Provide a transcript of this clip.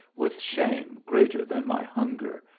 with shame greater than my hunger,